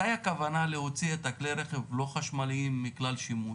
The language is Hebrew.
מתי הכוונה להוציא את כלי הרכב הלא חשמליים מכלל שימוש?